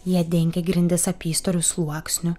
jie dengė grindis apystoriu sluoksniu